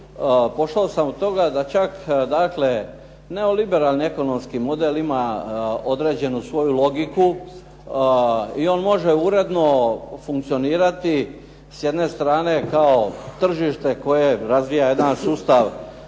pošao sam od toga da čak dakle neoliberalni ekonomski model ima određenu svoju logiku i on može uredno funkcionirati s jedne strane kao tržište koje razvija jedan sustav